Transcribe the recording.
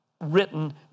written